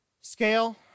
Scale